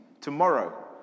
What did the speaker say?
Tomorrow